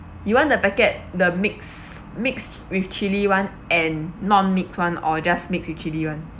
you want the packet the mix mix with chili [one] and non mix [one] or just mix with chili [one]